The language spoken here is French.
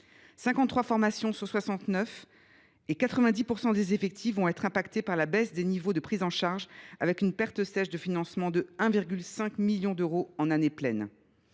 formations sur soixante neuf et 90 % des effectifs vont être affectés par la baisse des niveaux de prise en charge avec une perte sèche de financement de 1,5 million d’euros en année pleine.